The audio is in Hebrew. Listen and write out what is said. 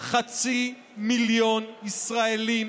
חצי מיליון ישראלים